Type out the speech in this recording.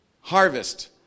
harvest